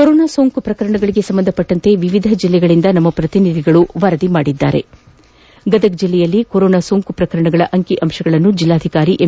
corona ಸೋಂಕು ಪ್ರಕರಣಗಳಿಗೆ ಸಂಬಂಧಿಸಿದಂತೆ ವಿವಿಧ ಜಿಲ್ಲೆಗಳಿಂದ ನಮ್ಮ ಪ್ರತಿನಿಧಿಗಳು ವರದಿ ಮಾಡಿದ್ದಾರೆ ಗದಗ ಜಿಲ್ಲೆಯಲ್ಲಿ ಕೊರೋನಾ ಸೋಂಕು ಪ್ರಕರಣಗಳ ಅಂಕಿ ಅಂಶಗಳನ್ನು ಜಿಲ್ಲಾಧಿಕಾರಿ ಎಂ